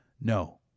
no